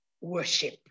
worship